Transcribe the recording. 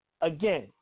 Again